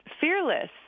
fearless